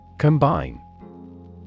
Combine